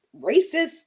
racist